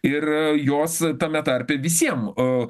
ir jos tame tarpe visiem o